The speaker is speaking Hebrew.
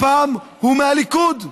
הפעם הוא מהליכוד,